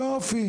יופי.